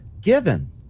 given